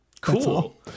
Cool